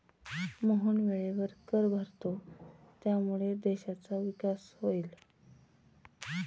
मोहन वेळेवर कर भरतो ज्यामुळे देशाचा विकास होईल